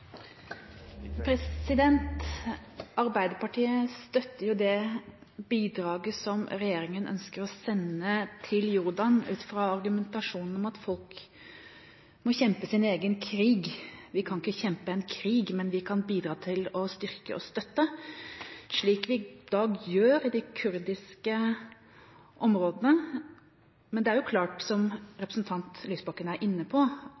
Arbeiderpartiet støtter det bidraget som regjeringa ønsker å sende til Jordan, ut fra argumentasjonen om at folk må kjempe sin egen krig. Vi kan ikke kjempe en krig, men vi kan bidra til å styrke og støtte, slik vi i dag gjør i de kurdiske områdene. Men det er klart, som representanten Lysbakken er inne på,